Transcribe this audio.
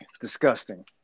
Disgusting